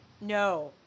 No